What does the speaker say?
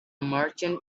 merchant